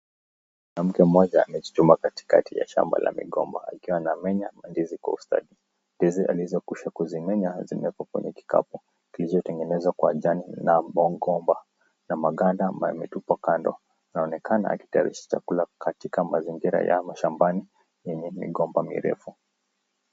Kuna mtu mmoja amechuchumaa katikati ya shamba la migomba, akiwa anamenya mandizi kwa ustadi, ndizi alizokwisha kuzimenya ziko kwenye kikapu, kilicho tengenezwa kwa jani la mbo mgomba, na sganda yametupwa kando, anaonekana akitayarisha, chakula katika mazingira ya mashambani, yenye migomba mirefu.